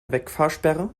wegfahrsperre